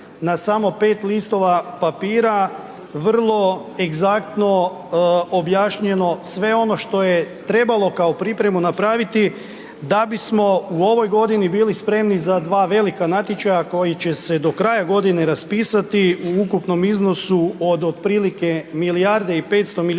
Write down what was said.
na samo 5 listova papira, vrlo egzaktno objašnjeno sve ono što je trebalo kao pripremu napraviti, da bismo u ovoj godini bili spremni za dva velika natječaja, koji će se do kraja godine raspisati u ukupnom iznosu od otprilike milijarde i 500 milijuna